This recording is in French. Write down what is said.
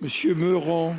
Monsieur Meurant.